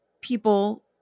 people